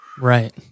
Right